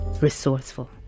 resourceful